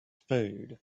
food